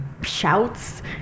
shouts